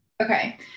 Okay